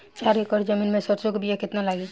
चार एकड़ जमीन में सरसों के बीया कितना लागी?